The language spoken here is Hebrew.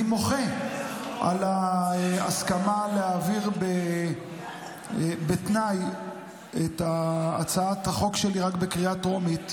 אני מוחה על ההסכמה להעביר בתנאי את הצעת החוק שלי רק בקריאה טרומית.